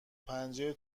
پنجه